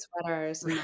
sweaters